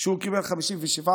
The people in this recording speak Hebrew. הוא קיבל 57%,